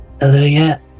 Hallelujah